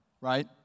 right